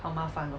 好麻烦哦